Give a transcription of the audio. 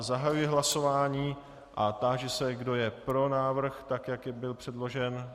Zahajuji hlasování a táži se, kdo je pro návrh, tak jak byl předložen.